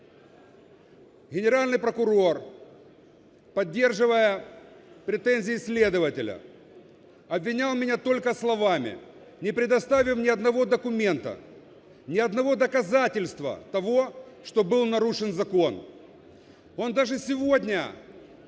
Генеральный прокурор, поддерживая претензии следователя, обвинял меня только словами, не предоставив ни одного документа, ни одного доказательства того, что был нарушен закон.